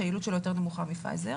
שהיעילות שלו יותר נמוכה מפייזר.